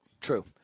True